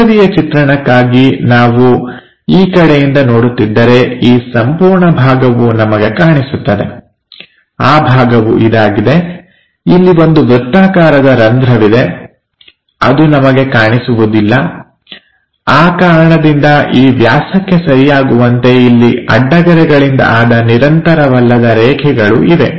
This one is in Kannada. ಮುಂಬದಿಯ ಚಿತ್ರಣಕ್ಕಾಗಿ ನಾವು ಈ ಕಡೆಯಿಂದ ನೋಡುತ್ತಿದ್ದರೆ ಈ ಸಂಪೂರ್ಣ ಭಾಗವು ನಮಗೆ ಕಾಣಿಸುತ್ತದೆ ಆ ಭಾಗವು ಇದಾಗಿದೆ ಅಲ್ಲಿ ಒಂದು ವೃತ್ತಾಕಾರದ ರಂಧ್ರವಿದೆ ಅದು ನಮಗೆ ಕಾಣಿಸುವುದಿಲ್ಲ ಆ ಕಾರಣದಿಂದ ಈ ವ್ಯಾಸಕ್ಕೆ ಸರಿಯಾಗುವಂತೆ ಇಲ್ಲಿ ಅಡ್ಡ ಗೆರೆಗಳಿಂದ ಆದ ನಿರಂತರವಲ್ಲದ ರೇಖೆಗಳು ಇವೆ